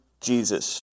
Jesus